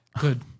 Good